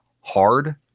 hard